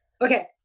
Okay